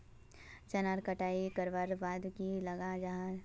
चनार कटाई करवार बाद की लगा जाहा जाहा?